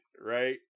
right